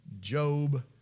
Job